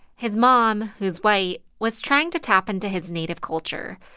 his mom, who's white, was trying to tap into his native culture.